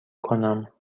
کنم